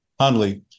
Hundley